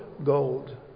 gold